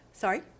Sorry